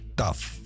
tough